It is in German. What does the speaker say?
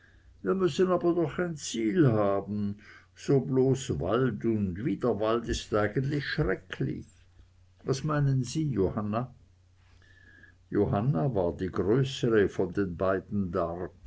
wir müssen aber doch ein ziel haben so bloß wald und wieder wald is eigentlich schrecklich was meinen sie johanna johanna war die größere von den beiden